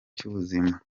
cy’ubuzima